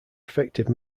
effective